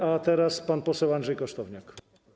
A teraz pan poseł Andrzej Kosztowniak.